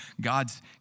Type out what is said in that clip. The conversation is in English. God's